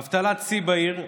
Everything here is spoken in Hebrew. אבטלת שיא בעיר,